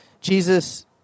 Jesus